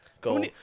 go